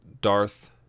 Darth